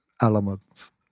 elements